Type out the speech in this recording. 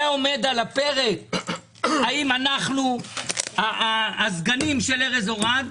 זה עומד על הפרק, האם אנחנו הסגנים של ארז אורעד,